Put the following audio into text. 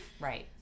Right